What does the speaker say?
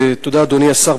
תודה, אדוני השר.